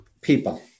people